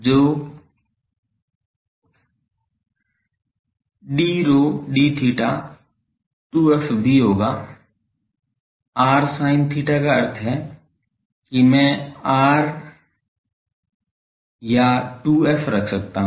तो d rho d theta 2f भी होगा r sin theta का अर्थ है कि मैं r मान 2f रख सकता हूँ